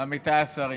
עמיתיי השרים,